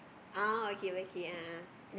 ah okay okay a'ah